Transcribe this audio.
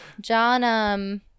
John